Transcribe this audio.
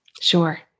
Sure